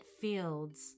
fields